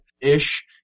ish